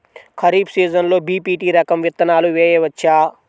ఖరీఫ్ సీజన్లో బి.పీ.టీ రకం విత్తనాలు వేయవచ్చా?